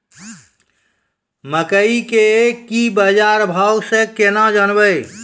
मकई के की बाजार भाव से केना जानवे?